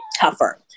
tougher